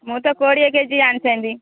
ମୁଁ ତ କୋଡ଼ିଏ କେଜି ଆଣିଥାନ୍ତି